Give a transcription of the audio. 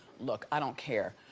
look, i don't care.